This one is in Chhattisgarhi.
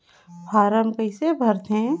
फारम कइसे भरते?